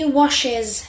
washes